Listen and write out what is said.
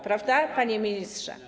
Prawda, panie ministrze?